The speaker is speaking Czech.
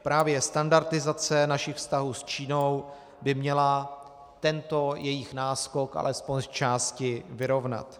Právě standardizace našich vztahů s Čínou by měla tento jejich náskok alespoň zčásti vyrovnat.